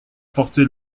porté